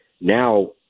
Now